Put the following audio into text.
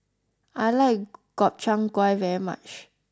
I like Gobchang gui very much